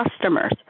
customers